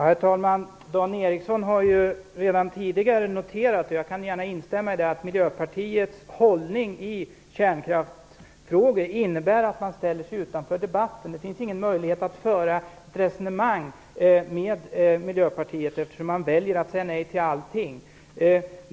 Herr talman! Dan Ericsson har tidigare noterat - vilket jag instämmer i - att Miljöpartiets hållning i kärnkraftsfrågor innebär att man ställer sig utanför debatten. det finns ingen möjlighet att föra ett resonemang med Miljöpartiet, eftersom man väljer att säga nej till allting.